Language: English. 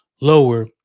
lower